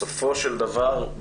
בסופו של דבר,